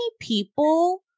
people